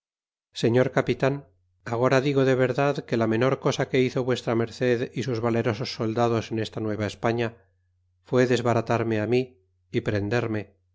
señor capitan agora digo de verdad que la menor cosa que hizo v merced y sus valerosos soldados en esta nueva españa fué desbaratarme mi y prenderme